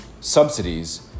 subsidies